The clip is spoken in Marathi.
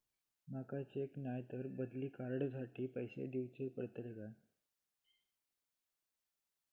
माका चेक नाय तर बदली कार्ड साठी पैसे दीवचे पडतले काय?